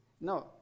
no